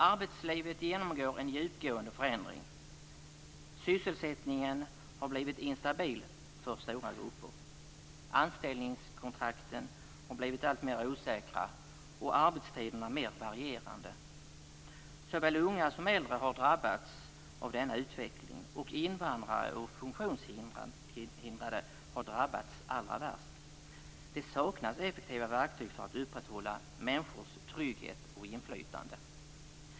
Arbetslivet genomgår en djupgående förändring. Sysselsättningen har blivit instabil för stora grupper. Anställningskontrakten har blivit alltmer osäkra och arbetstiderna mer varierande. Såväl unga som äldre har drabbats av denna utveckling, och invandrare och funktionshindrade har drabbats allra värst. Det saknas effektiva verktyg för att upprätthålla människors trygghet och inflytande.